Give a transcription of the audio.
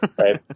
right